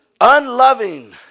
unloving